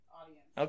audience